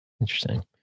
interesting